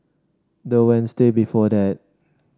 the Wednesday before that